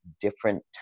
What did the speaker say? different